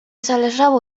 zależało